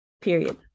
period